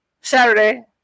Saturday